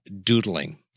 doodling